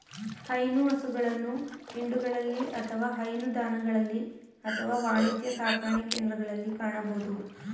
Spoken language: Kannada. ಹೈನು ಹಸುಗಳನ್ನು ಹಿಂಡುಗಳಲ್ಲಿ ಅಥವಾ ಹೈನುದಾಣಗಳಲ್ಲಿ ಅಥವಾ ವಾಣಿಜ್ಯ ಸಾಕಣೆಕೇಂದ್ರಗಳಲ್ಲಿ ಕಾಣಬೋದು